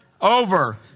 over